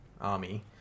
army